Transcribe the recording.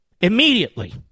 Immediately